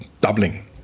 doubling